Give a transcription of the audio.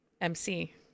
MC